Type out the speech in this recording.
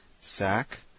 sack